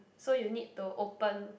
so you need to open